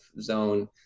zone